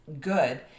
good